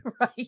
Right